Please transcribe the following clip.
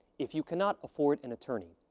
if you cannot afford an attorney,